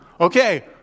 Okay